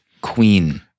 queen